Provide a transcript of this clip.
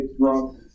drunk